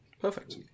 Perfect